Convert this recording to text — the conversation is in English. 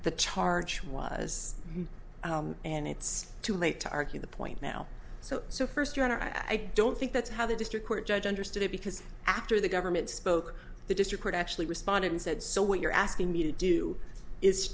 the charge was and it's too late to argue the point now so so first your honor i don't think that's how the district court judge understood it because after the government spoke the district it actually responded and said so what you're asking me to do is